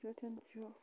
سۭتۍ چھُ